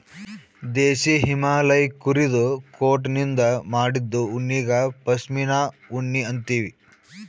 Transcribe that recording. ದೇಶೀ ಹಿಮಾಲಯ್ ಕುರಿದು ಕೋಟನಿಂದ್ ಮಾಡಿದ್ದು ಉಣ್ಣಿಗಾ ಪಶ್ಮಿನಾ ಉಣ್ಣಿ ಅಂತೀವಿ